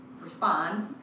responds